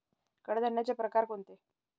कडधान्याचे प्रकार कोणते?